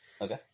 okay